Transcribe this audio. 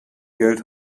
geld